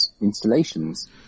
installations